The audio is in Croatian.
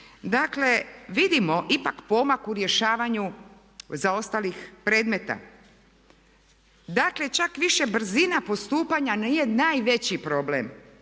Dakle, vidimo ipak pomak u rješavanju zaostalih predmeta. Čak više brzina postupanja nije najveći problem,